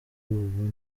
ubu